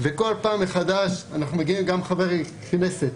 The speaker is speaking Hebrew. וכול פעם מחדש אנחנו מגיעים גם עם חברי הכנסת,